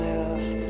else